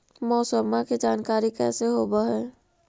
मौसमा के जानकारी कैसे होब है?